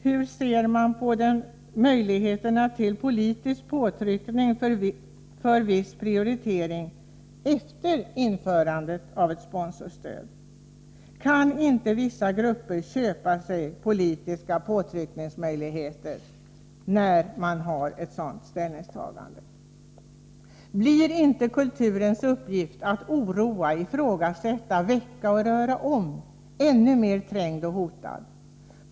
Hur ser man på möjligheterna till politisk påtryckning för viss prioritering efter införandet av ett sponsorstöd? Kan inte vissa grupper köpa sig politiska påtryckningsmöjligheter efter ett sådant ställningstagande? Blir inte kulturens uppgift att oroa, ifrågasätta, väcka och röra om ännu mer trängd och hotad?